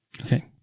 Okay